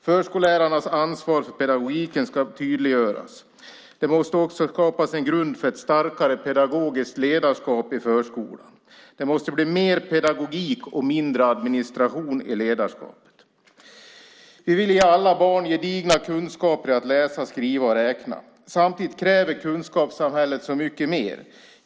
Förskollärarnas ansvar för pedagogiken ska tydliggöras. Det måste också skapas en grund för ett starkare pedagogiskt ledarskap i förskolan. Det måste bli mer pedagogik och mindre administration i ledarskapet. Vi vill ge alla barn gedigna kunskaper i att läsa, skriva och räkna. Samtidigt kräver kunskapssamhället så mycket mer.